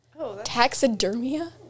Taxidermia